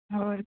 ਹੋਰ